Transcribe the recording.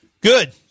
Good